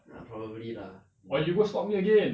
ya probably lah mm